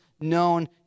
known